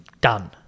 done